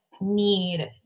need